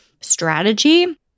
strategy